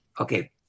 okay